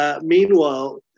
Meanwhile